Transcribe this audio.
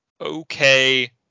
okay